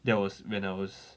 that was when I was